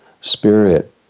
spirit